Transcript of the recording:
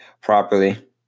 properly